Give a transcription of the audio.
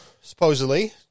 supposedly